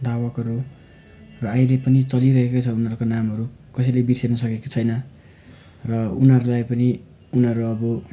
धावकहरू र आहिले पनि चलिरहेको छ उनीहरूको नामहरू कसैले बिर्सन सकेको छैन र उनीहरूलाई पनि उनीहरू अब